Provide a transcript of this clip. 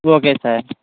okay sir